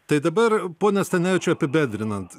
tai dabar pone stanevičiau apibendrinant